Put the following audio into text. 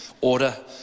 order